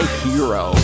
hero